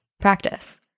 practice